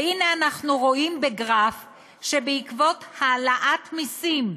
והנה, אנחנו רואים בגרף שבעקבות העלאת מסים,